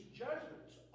judgments